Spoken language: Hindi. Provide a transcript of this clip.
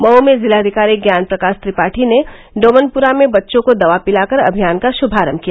मऊ में जिलाधिकारी ज्ञान प्रकाश त्रिपाठी ने डोमनप्रा में बच्चों को दवा पिलाकर अभियान का श्भारम्भ किया